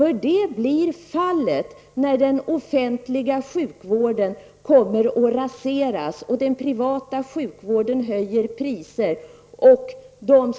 Så blir det när den offentliga sjukvården kommer att raseras och den privata sjukvården höjer priser.